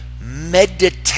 Meditate